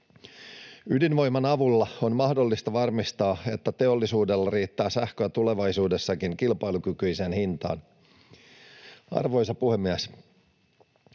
Ydinvoiman avulla on mahdollista varmistaa, että teollisuudelle riittää sähköä tulevaisuudessakin kilpailukykyiseen hintaan. Arvoisa puhemies!